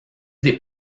des